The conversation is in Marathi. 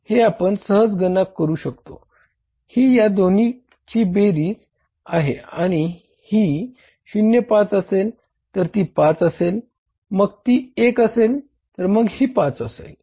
हे आपण सहज गणना करू शकतो ही या दोनची बेरीज आहे आणि ही शून्य पाच असेल तर ती पाच असेल मग ती एक असेल आणि मग ती पाच असेल